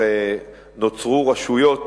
הרי נוצרו רשויות